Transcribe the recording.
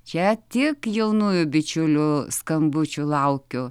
čia tik jaunųjų bičiulių skambučių laukiu